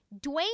Dwayne